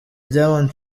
diamond